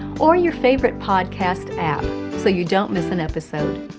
or your favorite podcast app so you don't miss an episode.